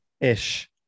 Ish